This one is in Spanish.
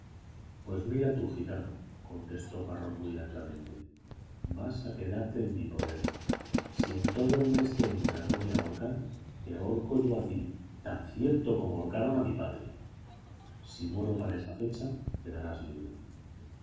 pues mira tú gitano contestó parrón muy lentamente vas a quedarte en mi poder si en todo el mes que entra no me ahorcan te ahorco yo a ti tan cierto como ahorcaron a mi padre si muero para esa fecha quedarás libre